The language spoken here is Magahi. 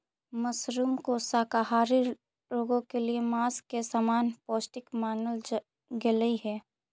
मशरूम को शाकाहारी लोगों के लिए मांस के समान पौष्टिक मानल गेलई हे